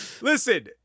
listen